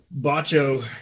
Bacho